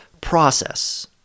process